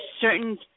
certain